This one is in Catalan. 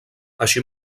així